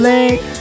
Lake